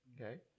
Okay